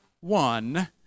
one